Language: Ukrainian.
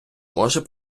може